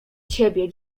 ciebie